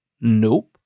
Nope